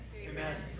Amen